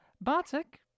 Bartek